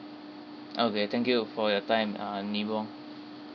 okay thank you for your time err nibong